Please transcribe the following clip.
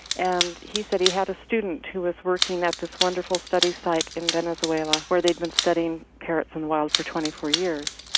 and he said he had a student who was working at this wonderful study site in venezuela, where they'd been studying parrots in the wild for twenty four years.